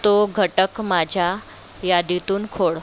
तो घटक माझ्या यादीतून खोड